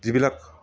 যিবিলাক